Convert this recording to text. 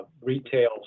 retail